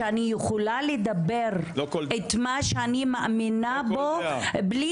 שאני יכולה לדבר את מה שאני מאמינה בו בלי